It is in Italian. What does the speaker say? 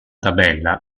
tabella